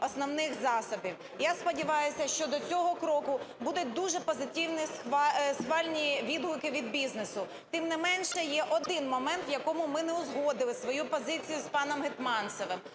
Я сподіваюсь, що до цього кроку будуть дуже позитивні, схвальні відгуки від бізнесу. Тим не менше, є один момент, в якому ми не узгодили свою позицію з паном Гетманцевим.